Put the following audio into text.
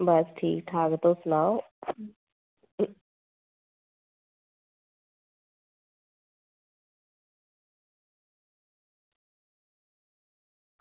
बस ठीक ठाक तुस सनाओ